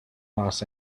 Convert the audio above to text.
los